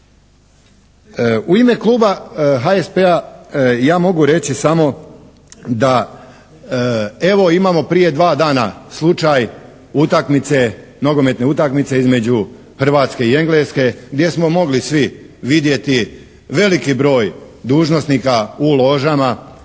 U ime kluba HSP-a ja mogu reći samo da evo imamo prije dva dana slučaj utakmice, nogometne utakmice između Hrvatske i Engleske gdje smo mogli svi vidjeti veliki broj dužnosnika u ložama,